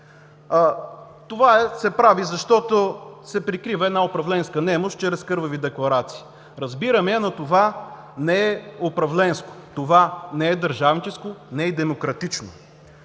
Това се прави, защото се прикрива една управленска немощ, чрез кървави декларации. Разбирам я, но това не е управленско, това не е държавническо, не е и демократично.